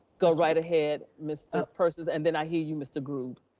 go right ahead, mr. persis, and then i hear you, mr. grube.